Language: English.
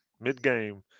mid-game